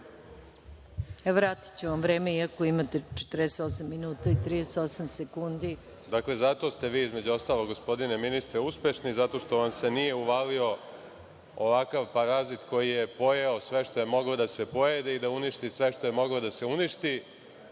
Vratiću vam vreme, iako imate 48 minuta i 38 sekundi. **Aleksandar Martinović** Dakle, zato ste vi, između ostalog, gospodine ministre uspešni, zato što vam se nije uvalio ovakav parazit koji je pojeo sve što je moglo da se pojede i da uništi sve što je moglo da se uništi.